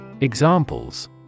Examples